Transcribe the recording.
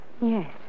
Yes